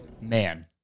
Man